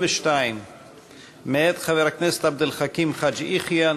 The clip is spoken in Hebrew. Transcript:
82 מאת חבר הכנסת עבד אל חכים חאג' יחיא.